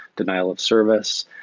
denial of service.